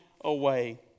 away